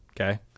okay